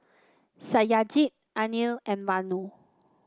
Satyajit Anil and Vanu